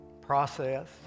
process